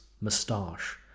moustache